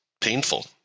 painful